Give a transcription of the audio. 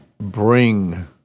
bring